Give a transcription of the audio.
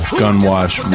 gunwash